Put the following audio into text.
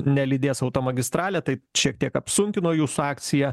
nelydės automagistralę tai šiek tiek apsunkino jūsų akciją